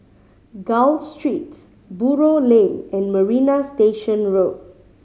Gul Street Buroh Lane and Marina Station Road